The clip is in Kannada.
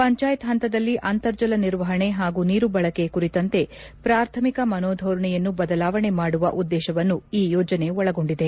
ಪಂಚಾಯತ್ ಪಂತದಲ್ಲಿ ಅಂತರ್ಜಲ ನಿರ್ವಹಣೆ ಹಾಗೂ ನೀರು ಬಳಕೆ ಕುರಿತಂತೆ ಪ್ರಾಥಮಿಕ ಮನೋಧೋರಣೆಯನ್ನು ಬದಲಾವಣೆ ಮಾಡುವ ಉದ್ಲೇಶವನ್ನು ಈ ಯೋಜನೆ ಒಳಗೊಂಡಿದೆ